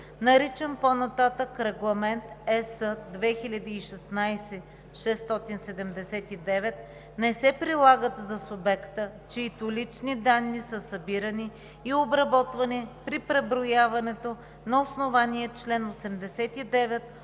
наричан по-нататък „Регламент (ЕС) 2016/679“, не се прилагат за субекта, чиито лични данни са събирани и обработвани при преброяването на основание чл. 89